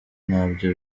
nabyo